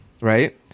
right